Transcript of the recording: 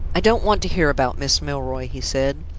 i don't want to hear about miss, milroy, he said.